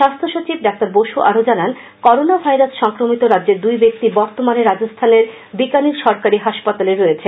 স্বাস্থ্য সচিব ডাঃ বসু আরো জানান করোনা ভাইরাস সংক্রমিত রাজ্যের দুই ব্যক্তি বর্তমানে রাজস্থানের বিকাণির সরকারি হাসপাতালে রয়েছে